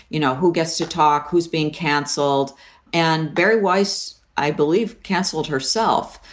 you know, who gets to talk, who's being canceled and very wise, i believe, canceled herself.